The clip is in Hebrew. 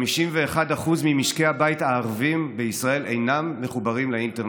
51% ממשקי הבית הערביים בישראל אינם מחוברים לאינטרנט.